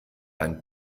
ein